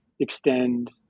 extend